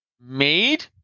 made